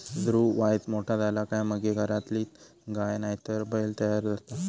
वासरू वायच मोठा झाला काय मगे घरातलीच गाय नायतर बैल तयार जाता